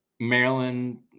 Maryland